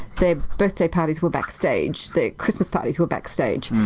their birthday parties were back stage. their christmas parties were back stage.